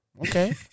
okay